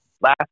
Last